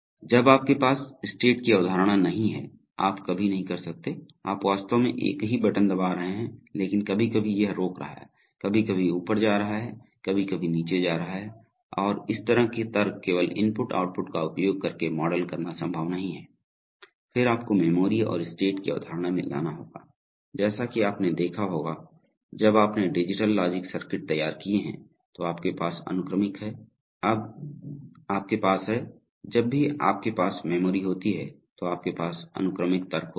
जब आपके पास स्टेट की अवधारणा नहीं है आप कभी नहीं कर सकते आप वास्तव में एक ही बटन दबा रहे हैं लेकिन कभी कभी यह रोक रहा है कभी कभी ऊपर जा रहा है कभी कभी नीचे जा रहा है और इस तरह के तर्क केवल इनपुट आउटपुट का उपयोग करके मॉडल करना संभव नहीं है फिर आपको मेमोरी और स्टेट की अवधारणा में लाना होगा जैसा कि आपने देखा होगा जब आपने डिजिटल लॉजिक सर्किट तैयार किए हैं तो आपके पास अनुक्रमिक है जब आपके पास है जब भी आपके पास मेमोरी होती है तो आपके पास अनुक्रमिक तर्क होते हैं